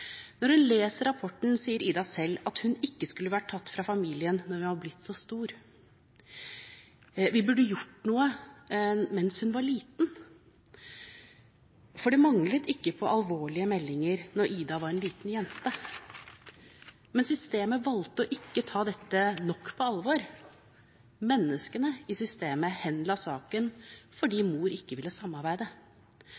rapporten sier «Ida» selv at hun ikke skulle vært tatt fra familien når hun var blitt så stor. Vi burde gjort noe mens hun var liten. Det manglet ikke på alvorlige meldinger da «Ida» var liten jente, men systemet valgte ikke å ta dette nok på alvor. Menneskene i systemet henla saken fordi